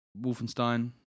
Wolfenstein